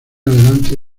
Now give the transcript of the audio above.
adelante